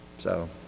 so.